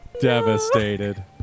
Devastated